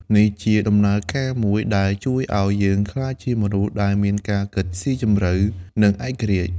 នេះជាដំណើរការមួយដែលជួយឱ្យយើងក្លាយជាមនុស្សដែលមានការគិតស៊ីជម្រៅ និងឯករាជ្យ។